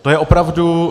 To je opravdu...